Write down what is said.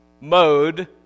mode